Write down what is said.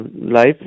life